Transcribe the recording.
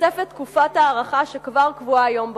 בתוספת תקופת הארכה שכבר קבועה היום בחוק.